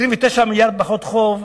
29 מיליארד פחות חוב,